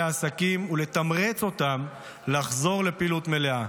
העסקים ולתמרץ אותם לחזור לפעילות מלאה.